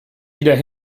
wieder